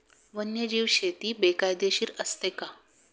वन्यजीव शेती बेकायदेशीर असते का?